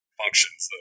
functions